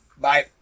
Bye